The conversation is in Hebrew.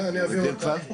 אוקיי, אני אעביר אותה.